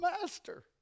master